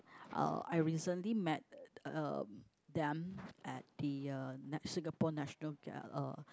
uh I recently met um them at the uh nat~ Singapore national uh